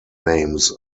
names